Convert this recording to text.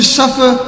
suffer